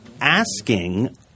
asking